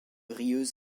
rieux